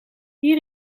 hier